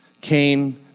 Cain